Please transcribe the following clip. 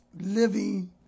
living